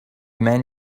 man